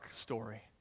story